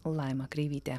laima kreivytė